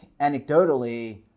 anecdotally